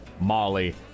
Molly